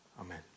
Amen